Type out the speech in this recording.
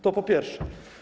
To po pierwsze.